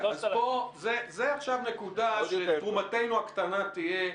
זו עכשיו נקודה שבה תרומתנו הקטנה תהיה.